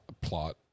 plot